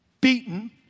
beaten